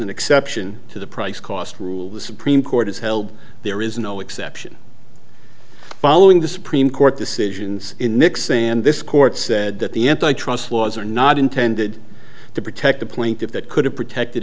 an exception to the price cost rule the supreme court has held there is no exception following the supreme court decisions in nick saying this court said that the antitrust laws are not intended to protect the plaintiffs that could have protected